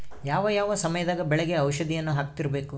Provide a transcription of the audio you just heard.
ಯಾವ ಯಾವ ಸಮಯದಾಗ ಬೆಳೆಗೆ ಔಷಧಿಯನ್ನು ಹಾಕ್ತಿರಬೇಕು?